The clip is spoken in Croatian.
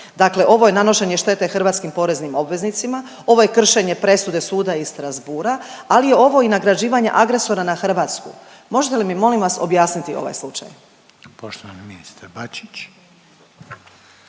Dakle, ovo je nanošenje štete hrvatskim poreznim obveznicima, ovo je kršenje presude suda iz Strasbourga, ali je ovo i nagrađivanje agresora na Hrvatsku. Možete li mi molim vas objasniti ovaj slučaj?